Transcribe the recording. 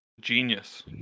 genius